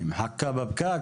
מחכה בפקק?